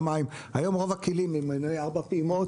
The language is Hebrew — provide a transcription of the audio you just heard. למים היום רוב הכלים הם עם מנועי ארבע פעימות,